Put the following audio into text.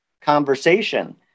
conversation